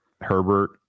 Herbert